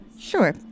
Sure